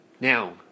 Now